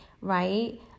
right